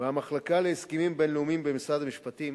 והמחלקה להסכמים בין-לאומיים במשרד המשפטים,